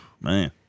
Man